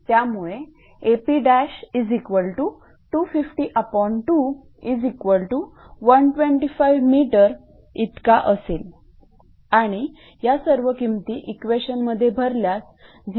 त्यामुळे AP2502125 m इतका असेल आणि या सर्व किमती इक्वेशनमध्ये भरल्यास 0